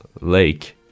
lake